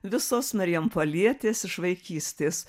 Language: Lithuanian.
visos marijampolietės iš vaikystės